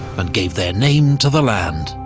and gave their name to the land.